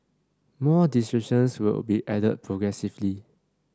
more descriptions will be added progressively